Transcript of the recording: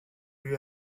you